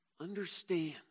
Understand